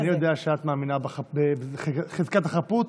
אני יודע שאת מאמינה בחזקת החפות,